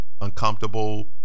uncomfortable